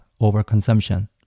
overconsumption